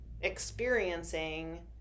experiencing